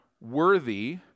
worthy